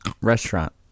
restaurant